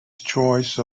choice